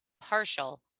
partial